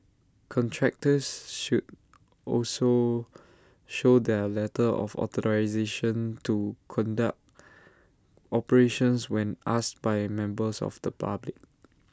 contractors should also show their letter of authorisation to conduct operations when asked by members of the public